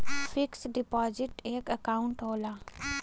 fix deposit एक account होला